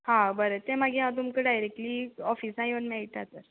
हा बरें तें मागीर हांव तुमकां डायरेक्ली ऑफिसा येवन मेळटा तर